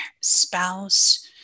spouse